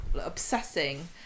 obsessing